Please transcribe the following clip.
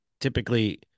typically